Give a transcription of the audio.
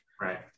Right